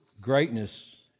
greatness